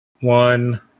one